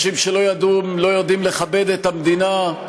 אנשים שלא ידעו לכבד את המדינה,